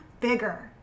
bigger